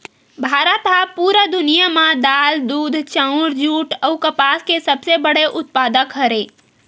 भारत हा पूरा दुनिया में दाल, दूध, चाउर, जुट अउ कपास के सबसे बड़े उत्पादक हरे